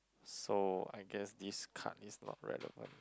so I guess this card is not relevant